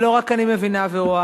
ולא רק אני מבינה ורואה,